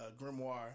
grimoire